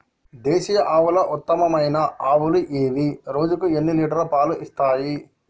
దేశీయ ఆవుల ఉత్తమమైన ఆవులు ఏవి? రోజుకు ఎన్ని లీటర్ల పాలు ఇస్తాయి?